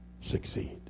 succeed